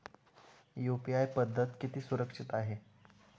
UPI पद्धत किती सुरक्षित आहे?